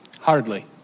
Hardly